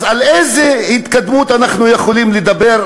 אז על איזו התקדמות אנחנו יכולים לדבר,